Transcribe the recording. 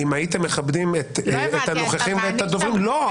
אם הייתם מכבדים את הנוכחים ואת הדוברים --- לא הבנתי.